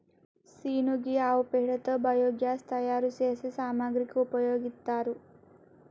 scene గీ ఆవు పేడతో బయోగ్యాస్ తయారు సేసే సామాగ్రికి ఉపయోగిత్తారు